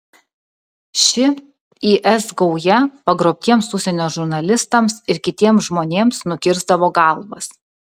ši is gauja pagrobtiems užsienio žurnalistams ir kitiems žmonėms nukirsdavo galvas